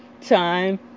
time